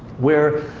where